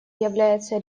является